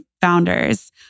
founders